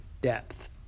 depth